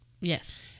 yes